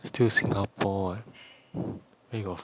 still singapore what where got